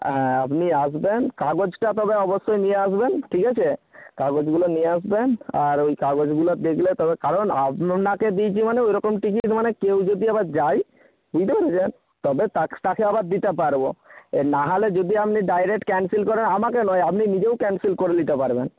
হ্যাঁ আপনি আসবেন কাগজটা তবে অবশ্যই নিয়ে আসবেন ঠিক আছে কাগজগুলো নিয়ে আসবেন আর ওই কাগজগুলো দেখলে তবে কারণ আপনাকে দিয়েছি মানে ওই রকম টিকিট মানে কেউ যদি আবার যায় বুঝতে পেরেছেন তবে তাকে আবার দিতে পারব এ না হলে যদি আপনি ডায়রেক্ট ক্যানসেল করেন আমাকে নয় আপনি নিজেও ক্যানসেল করে নিতে পারবেন